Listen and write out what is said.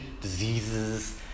diseases